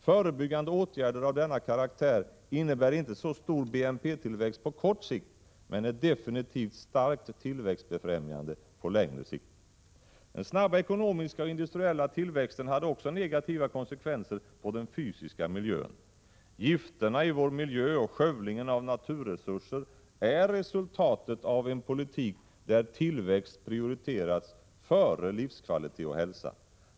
Förebyggande åtgärder av denna karaktär innebär inte så stor BNP-tillväxt på kort sikt, men är definitivt starkt tillväxtbefrämjande på längre sikt. Den snabba ekonomiska och industriella tillväxten hade också negativa konsekvenser på den fysiska miljön. Gifterna i vår miljö och skövlingen av naturresurser är resultatet av en politik där tillväxt prioriteras före livskvalitet och hälsa.